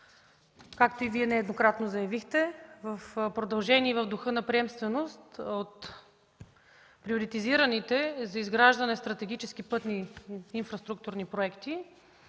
Както и Вие нееднократно заявихте, в продължение в духа на приемственост от приоритизираните за изграждане стратегически пътни инфраструктурни проекти